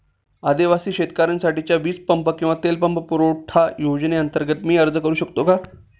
आदिवासी शेतकऱ्यांसाठीच्या वीज पंप किंवा तेल पंप पुरवठा योजनेअंतर्गत मी अर्ज करू शकतो का?